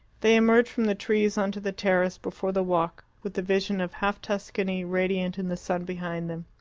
they emerged from the trees on to the terrace before the walk, with the vision of half tuscany radiant in the sun behind them,